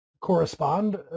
correspond